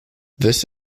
this